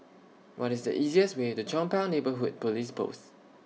What IS The easiest Way to Chong Pang Neighbourhood Police Post